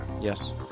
yes